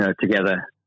together